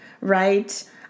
right